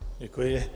Děkuji.